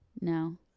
No